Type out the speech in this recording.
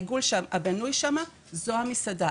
העיגול בנוי שם זו המסעדה.